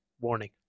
Warning